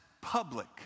public